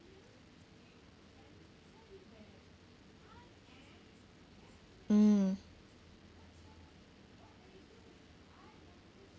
mm